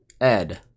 Ed